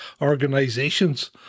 organizations